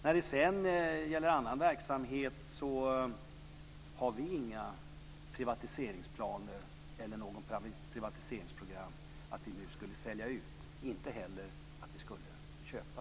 När det sedan gäller annan verksamhet har vi inga privatiseringsplaner eller något privatiseringsprogram om att vi skulle sälja ut, och inte heller att vi skulle köpa.